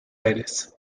aires